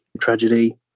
tragedy